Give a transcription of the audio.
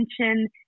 attention